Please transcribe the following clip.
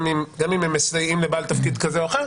גם אם הם מסייעים לבעל תפקיד כזה או אחר.